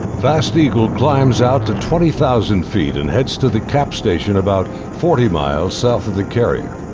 fast eagle climbs out to twenty thousand feet and heads to the cap station, about forty miles south of the carrier.